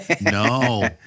No